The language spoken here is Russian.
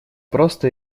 просто